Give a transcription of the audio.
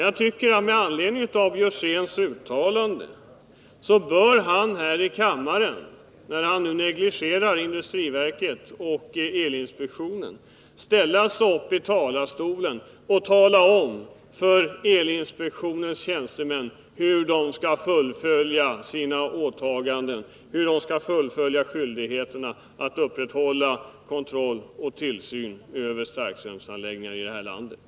Jag tycker att Karl Björzén, när han nu negligerar elverket och elinspektionen, bör ställa sig upp i talarstolen och tala om för elinspektionens tjänstemän hur de skall fullfölja sina åtaganden, hur de skall fullgöra skyldigheten att upprätthålla kontroll och tillsyn över starkströmsansläggningar i det här landet.